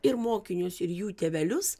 ir mokinius ir jų tėvelius